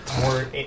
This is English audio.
More